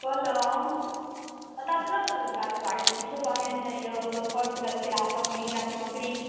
कहलहुँ पता चलल ओ रोजगार कऽ बारेमे किछु कहने जे रहियै ओतऽ फॉर्म फिलप कयलासँ मिल जायत नौकरी